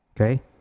okay